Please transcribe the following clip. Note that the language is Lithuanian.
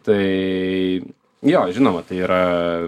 tai jo žinoma tai yra